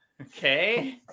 okay